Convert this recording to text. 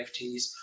NFTs